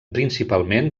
principalment